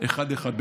אחד-אחד,